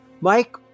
Mike